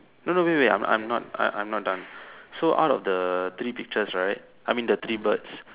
no no wait wait I'm I'm not I'm not done so out of the three pictures right I mean that three birds